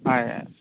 ହାଁ ୟାର